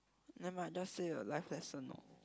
never mind I just say a life lesson orh